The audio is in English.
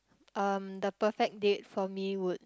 um the perfect date for me would